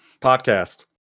podcast